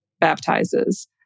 baptizes